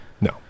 No